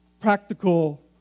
practical